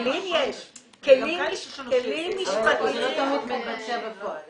בארצות הברית עשו חוק ספציפי לדברים שקשורים לאינוס תחת שימוש בחומרים.